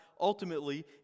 ultimately